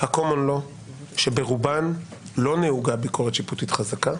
ה-קומן לאו שברובן לא נהוגה ביקורת שיפוטית חזקה.